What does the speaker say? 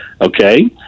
okay